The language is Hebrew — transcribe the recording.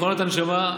מכונות הנשמה,